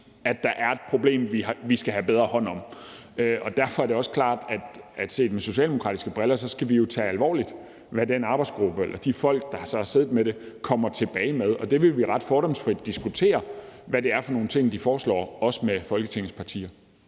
at der er et problem, vi skal have taget bedre hånd om. Derfor er det også klart, at set med socialdemokratiske briller skal vi jo tage det alvorligt, hvad den arbejdsgruppe eller de folk, der så har siddet med, kommer tilbage med. Det vil vi ret fordomsfrit diskutere, altså hvad det er for nogle ting, de foreslår – også med Folketingets partier.